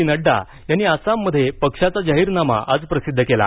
ऩड्डा यांनी आसाममध्ये पक्षाचा जाहीरनामा आज प्रसिद्ध केला